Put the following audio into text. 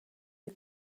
you